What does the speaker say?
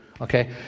okay